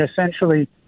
essentially